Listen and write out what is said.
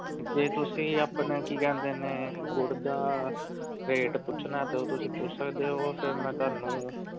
ਜੇ ਤੁਸੀਂ ਆਪਣਾ ਕੀ ਕਹਿੰਦੇ ਨੇ ਗੁੜ ਦਾ ਰੇਟ ਪੁੱਛਣਾ ਤਾਂ ਉਹ ਤੁਸੀਂ ਪੁੱਛ ਸਕਦੇ ਹੋ ਫਿਰ ਮੈਂ ਤੁਹਾਨੂੰ